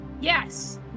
Yes